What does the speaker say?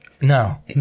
No